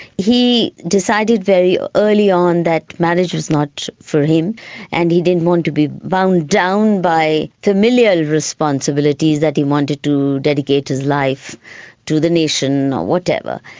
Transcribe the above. he decided very early on that marriage was not for him and he didn't want to be bound down by familial responsibilities, that he wanted to dedicate his life to the nation or whatever.